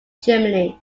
germany